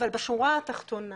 אבל בשורה התחתונה